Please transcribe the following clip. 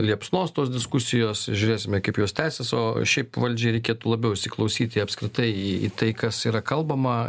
liepsnos tos diskusijos žiūrėsime kaip jos tęsiasi o šiaip valdžiai reikėtų labiau įsiklausyti į apskritai į į tai kas yra kalbama